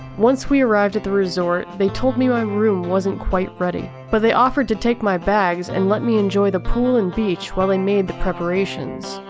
once we arrived at the resort, they told me my um room wasn't quite ready, but they offered to take my bags and let me enjoy the pool and beach while they made the preparations.